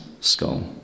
skull